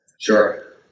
Sure